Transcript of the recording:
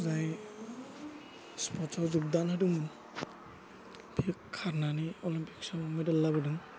जाय स्पर्सआव जगदान होदोंमोन बे खारनानै अलम्पिक्सआव मेदेल लाबोदों